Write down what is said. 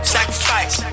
Sacrifice